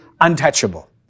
untouchable